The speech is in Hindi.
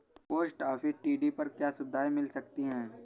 पोस्ट ऑफिस टी.डी पर क्या सुविधाएँ मिल सकती है?